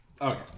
Okay